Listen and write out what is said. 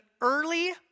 early